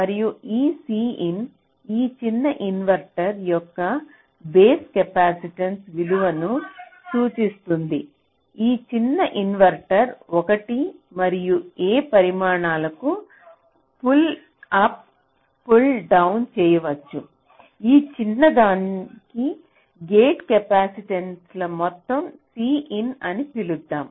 మరియు ఈ Cin ఈ చిన్న ఇన్వర్టర్ యొక్క బేస్ కెపాసిటెన్స్ విలువను సూచిస్తుంది ఈ చిన్న ఇన్వర్టర్ 1 మరియు A పరిమాణాలకు ఫుల్అప్ మరియు ఫుల్ డౌన్ చేయవచ్చు ఈ చిన్నదానికి గేట్ కెపాసిటెన్సుల మొత్తం Cin అని పిలుద్దాం